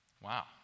Wow